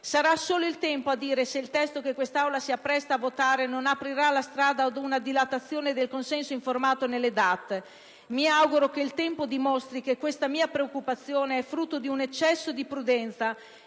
Sarà solo il tempo a dire se il testo che quest'Aula si appresta a votare non aprirà la strada ad una dilatazione del consenso informato nelle DAT. Mi auguro che il tempo dimostri che questa mia preoccupazione è frutto di un eccesso di prudenza,